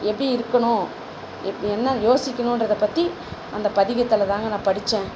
எப்படி இருக்கணும் எப் என்ன யோசிக்கணுன்றத பற்றி அந்த பதிகத்தில் தாங்க நான் படித்தேன்